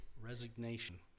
Resignation